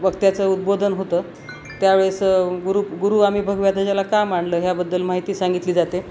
वक्त्याचं उद्बोधन होतं त्यावेळेसं गुरु गुरू आम्ही भगव्या ध्वजाला का मानलं ह्याबद्दल माहिती सांगितली जाते